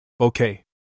Okay